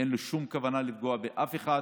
אין לו שום כוונות לפגוע באף אחד.